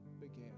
began